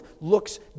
looks